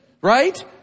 right